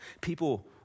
people